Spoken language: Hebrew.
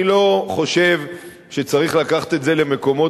אני לא חושב שצריך לקחת את זה למקומות,